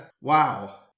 wow